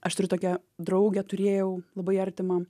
aš turiu tokią draugę turėjau labai artimą